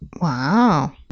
Wow